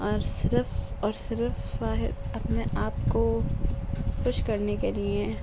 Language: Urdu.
اور صرف اور صرف واحد اپنے آپ کو خوش کرنے کے لئے